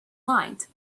lined